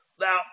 Now